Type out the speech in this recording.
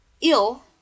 ill